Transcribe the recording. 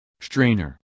Strainer